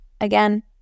Again